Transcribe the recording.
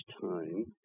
time